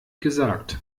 gesagt